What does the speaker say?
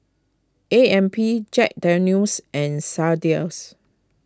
A M P Jack Daniel's and Sadias